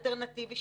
אלטרנטיבי,